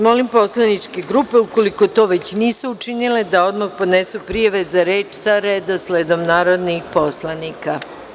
Molim poslaničke grupe, u koliko to već nisu učinile, da odmah podnesu prijave za reč sa redosledom narodnih poslanika.